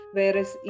Whereas